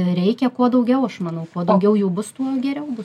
reikia kuo daugiau aš manau kuo daugiau jų bus tuo geriau bus